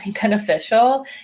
beneficial